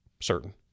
certain